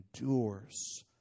endures